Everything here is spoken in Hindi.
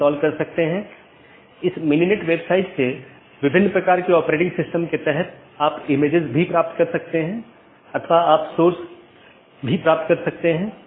यह प्रत्येक सहकर्मी BGP EBGP साथियों में उपलब्ध होना चाहिए कि ये EBGP सहकर्मी आमतौर पर एक सीधे जुड़े हुए नेटवर्क को साझा करते हैं